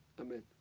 Amen